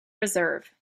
reserve